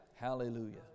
hallelujah